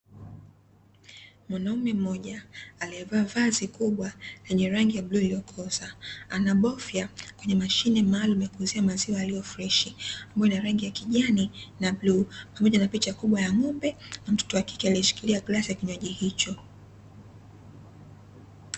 Mwanaume mmoja, aliyevaa vazi kubwa lenye rangi ya bluu iliyokoza. Anabofya kwenye mashine maalumu ya kuuzia maziwa yaliyo freshi, ambayo ina rangi ya kijani na bluu, pamoja na picha kubwa ya ng'ombe na mtoto wa kike aliyeshikilia glasi ya kinywaji hicho.